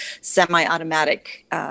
semi-automatic